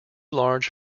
large